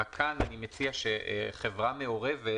רק כאן אני מציע שחברה מעורבת,